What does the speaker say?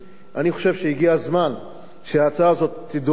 אני חושב שהגיע הזמן שההצעה הזו תידון.